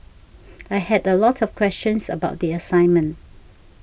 I had a lot of questions about the assignment